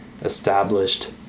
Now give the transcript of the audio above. established